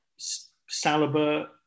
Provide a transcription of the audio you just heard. Saliba